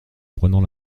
prenant